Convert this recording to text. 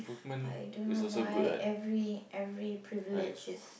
I don't know why every every privilege is